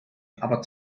aber